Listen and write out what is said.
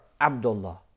Abdullah